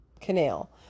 canal